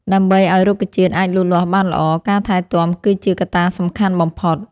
ដើម្បីឲ្យរុក្ខជាតិអាចលូតលាស់បានល្អ ការថែទាំគឺជាកត្តាសំខាន់បំផុត។